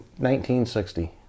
1960